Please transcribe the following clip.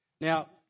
Now